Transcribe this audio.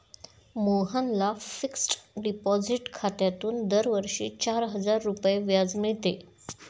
मोहनला fixed deposit खात्यातून दरवर्षी चार हजार रुपये व्याज मिळते